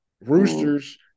Roosters